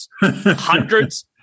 hundreds